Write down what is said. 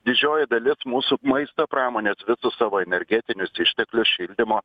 didžioji dalis mūsų maisto pramonės visus savo energetinius išteklius šildymo